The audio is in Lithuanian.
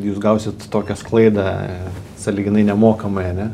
jūs gausit tokią sklaidą sąlyginai nemokamai ane